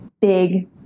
big